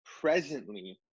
presently